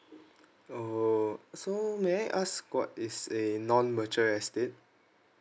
orh so may I ask what is a non mature estate